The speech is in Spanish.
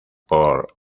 por